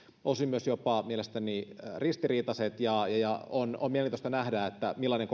osin myös mielestäni jopa ristiriitaiset on on mielenkiintoista nähdä millainen